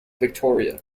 victoria